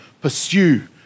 pursue